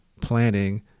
planning